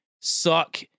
suck